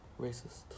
Racist